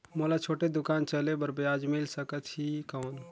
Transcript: मोला छोटे दुकान चले बर ब्याज मिल सकत ही कौन?